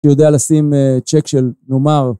שיודע לשים צ'ק של נאמר